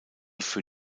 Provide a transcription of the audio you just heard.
für